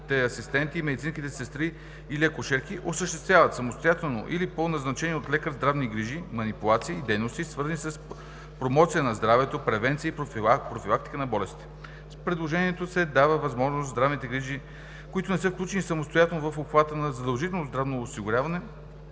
асистенти, медицински сестри или акушерки осъществяват самостоятелно или по назначение от лекар здравни грижи, манипулации и дейности, свързани с промоция на здравето, превенция и профилактика на болестите. С предложението се дава възможност здравните грижи, които не се включени самостоятелно в обхвата на задължителното здравно осигуряване,